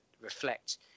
reflect